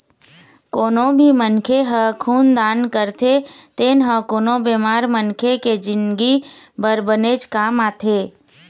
कोनो भी मनखे ह खून दान करथे तेन ह कोनो बेमार मनखे के जिनगी बर बनेच काम आथे